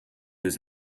was